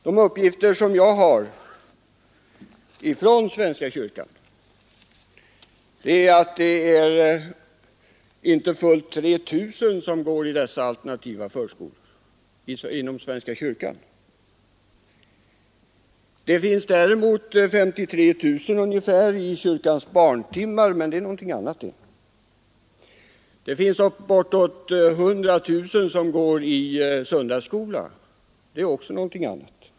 De uppgifter som jag har om svenska kyrkan säger att inte fullt 3 000 barn går i dessa alternativa förskolor inom svenska kyrkan. Det finns ungefär 53 000 barn i Kyrkans barntimmar, men det är någonting annat. Bortåt 100 000 barn går i söndagskola, och det är också någonting annat.